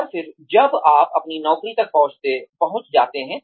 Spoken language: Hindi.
और फिर जब आप अपनी नौकरी तक पहुंच जाते हैं